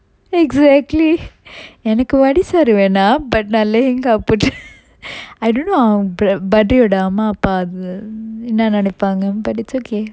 exactly எனக்கு:enakku vadisar வேணாம்:venam but நா:na lehenga போட்டு:pottu I don't know அவன்:avan bhadri யோட அம்மா அப்பா என்னா நெனைப்பாங்க:yoda amma appa enna nenaippanga but it's okay